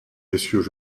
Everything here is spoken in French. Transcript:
messieurs